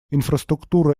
инфраструктура